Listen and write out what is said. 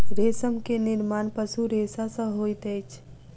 रेशम के निर्माण पशु रेशा सॅ होइत अछि